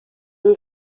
این